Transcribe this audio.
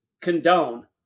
condone